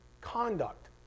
conduct